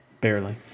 Barely